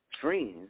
friends